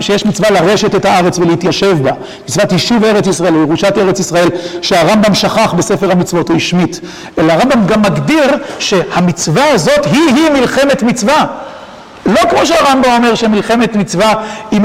שיש מצווה לרשת את הארץ ולהתיישב בה, מצוות יישוב ארץ ישראל וירושת ארץ ישראל, שהרמב״ם שכח בספר המצוות, הוא השמיט. אלא הרמב״ם גם מגדיר שהמצווה הזאת היא היא מלחמת מצווה. לא כמו שהרמב״ם אומר שמלחמת מצווה היא